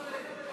לא צריך,